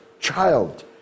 child